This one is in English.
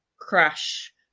crash